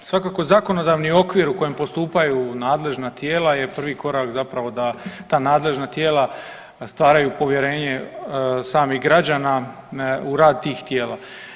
Pa svakako zakonodavni okvir u kojem postupaju nadležna tijela je prvi korak zapravo da ta nadležna tijela stvaraju povjerenje samih građana u rad tih tijela.